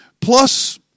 Plus